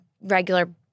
regular